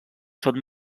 són